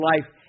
life